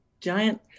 giant